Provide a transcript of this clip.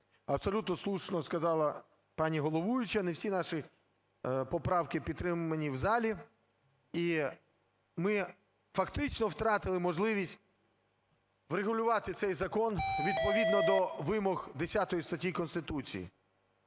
Абсолютно слушно сказала пані головуюча, не всі наші поправки підтримані в залі, і ми фактично втратили можливість врегулювати цей закон відповідно до вимог 10 статті Конституції.